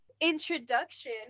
introduction